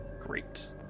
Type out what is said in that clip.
Great